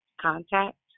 contact